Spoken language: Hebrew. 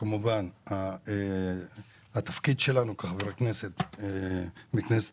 כמובן התפקיד שלנו כחברי כנסת בכנסת